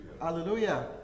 hallelujah